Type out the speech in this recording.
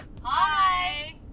hi